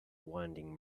winding